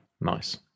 Nice